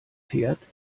fährt